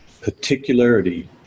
particularity